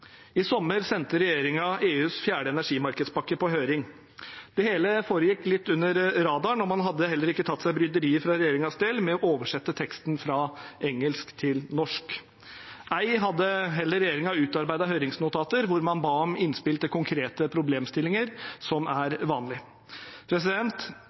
I sommer sendte regjeringen EUs fjerde energimarkedspakke på høring. Det hele foregikk litt under radaren, og man hadde heller ikke tatt seg bryderiet fra regjeringens del med å oversette teksten fra engelsk til norsk. Ei heller hadde regjeringen utarbeidet høringsnotater hvor man ba om innspill til konkrete problemstillinger, som er